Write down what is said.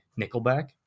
Nickelback